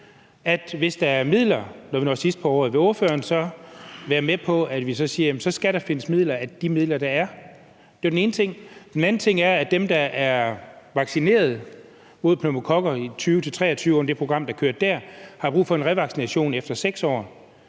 så, hvis der er midler, når vi når hen sidst på året, være med på, at vi så siger, at så skal der findes midler af de midler, der er? Det var den ene ting. Den anden ting er, at dem, der er vaccineret mod pneumokokker i 2020-2023 i det program, der kørte der, har brug for en revaccination efter 6 år,